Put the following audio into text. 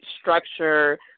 structure